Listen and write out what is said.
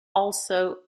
also